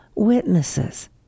witnesses